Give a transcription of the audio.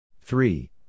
three